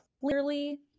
clearly